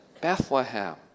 Bethlehem